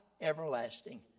everlasting